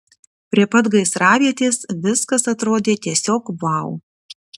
prie pat gaisravietės viskas atrodė tiesiog vau